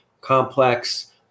complex